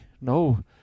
no